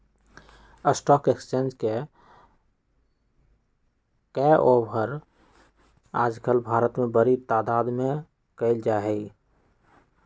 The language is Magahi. स्टाक एक्स्चेंज के काएओवार आजकल भारत में बडी तादात में कइल जा हई